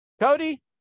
Cody